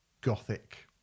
gothic